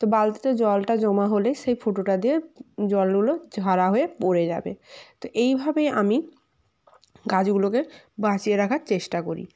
তো বালতিটা জলটা জমা হলে সেই ফুটোটা দিয়ে জলগুলো ঝারা হয়ে পড়ে যাবে তো এইভাবেই আমি গাছগুলোকে বাঁচিয়ে রাখার চেষ্টা করি